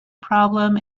problem